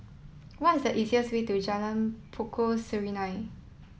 what is the easiest way to Jalan Pokok Serunai